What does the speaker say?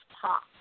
talk